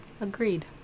Agreed